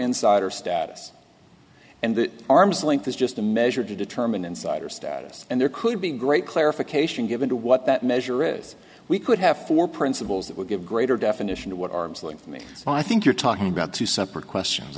insider status and the arm's length is just a measure to determine insider status and there could be great clarification given to what that measure is we could have four principles that would give greater definition to what arm's length for me so i think you're talking about two separate questions